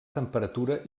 temperatura